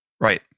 Right